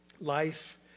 life